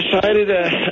decided